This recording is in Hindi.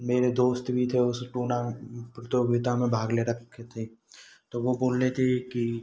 मेरे दोस्त भी थे उस टूना प्रतियोगिता में भाग ले रखे थे तो वह बोले कि कि